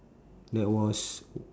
that was